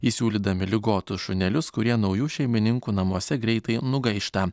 įsiūlydami ligotus šunelius kurie naujų šeimininkų namuose greitai nugaišta